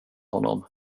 honom